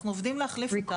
אנחנו עובדים להחליף אותה.